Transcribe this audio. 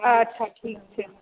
अच्छा ठीक छै